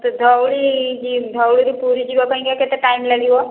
ଆଛା ଧଉଳି କି ଧଉଳି ରୁ ପୁରୀ ଯିବା ପାଇଁକା କେତେ ଟାଇମ ଲାଗିବ